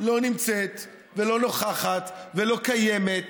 לא נמצאת ולא נוכחת ולא קיימת.